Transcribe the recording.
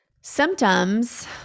symptoms